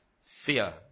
fear